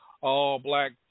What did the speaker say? all-black